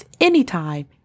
anytime